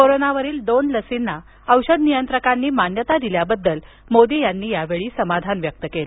कोरोनावरील दोन लसींना औषध नियंत्रकांनी मान्यता दिल्याबद्दल मोदी यांनी यावेळी समाधान व्यक्त केलं